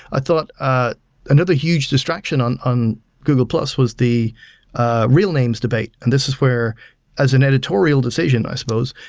i thought ah another huge distraction on on google plus was the real names debate, and this is where as an editorial decision, i suppose,